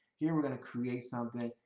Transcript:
here we're going to create something.